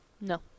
No